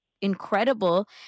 incredible